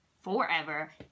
forever